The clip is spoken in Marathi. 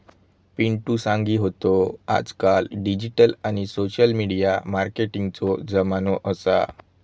पिंटु सांगी होतो आजकाल डिजिटल आणि सोशल मिडिया मार्केटिंगचो जमानो असा